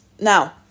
Now